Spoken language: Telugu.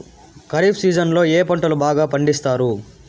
ఖరీఫ్ సీజన్లలో ఏ పంటలు బాగా పండిస్తారు